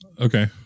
Okay